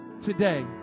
today